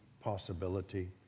possibility